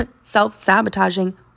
self-sabotaging